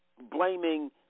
blaming